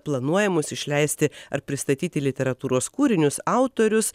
planuojamus išleisti ar pristatyti literatūros kūrinius autorius